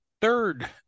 third